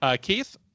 Keith